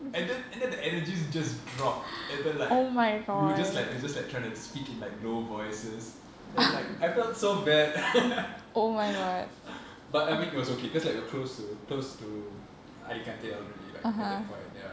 and then and then the energy just dropped and then like we were just like we were just like trying to speak in like low voices and like I felt so bad but I mean it was okay cause like we were close to close to already like at that point ya